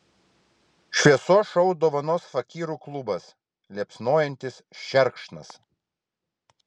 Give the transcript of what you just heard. šviesos šou dovanos fakyrų klubas liepsnojantis šerkšnas